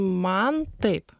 man taip